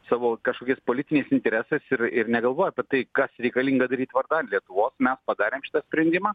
savo kažkokiais politiniais interesais ir ir negalvoja apie tai kas reikalinga daryt vardan lietuvos mes padarėm šitą sprendimą